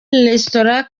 restaurant